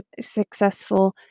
successful